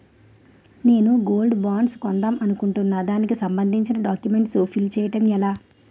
నేను gold bonds కొందాం అనుకుంటున్నా దానికి సంబందించిన డాక్యుమెంట్స్ ఫిల్ చేయడం ఎలా?